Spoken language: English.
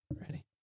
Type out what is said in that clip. Ready